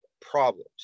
problems